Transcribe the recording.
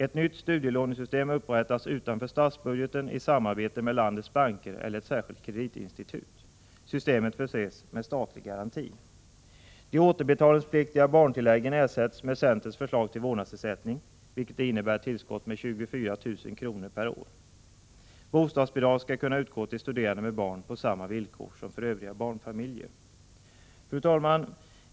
Ett nytt studielånesystem upprättas utanför statsbudgeten i samarbete med landets banker eller ett särskilt kreditinstitut. Systemet förses med statlig garanti. Bostadsbidrag skall kunna utgå till studerande med barn på samma villkor som för övriga barnfamiljer. Fru talman!